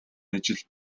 ажил